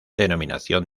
denominación